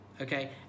okay